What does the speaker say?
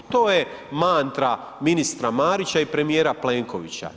Ti je mantra ministra Marića i premijera Plenkovića.